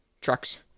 Trucks